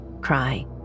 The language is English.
cry